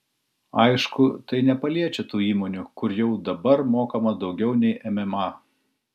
aišku tai nepaliečia tų įmonių kur jau dabar mokama daugiau nei mma